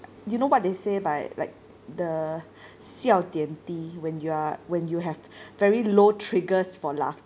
you know what they say by like the 笑点低 when you're when you have very low triggers for laugh